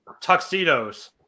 tuxedos